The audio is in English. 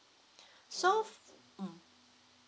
so mm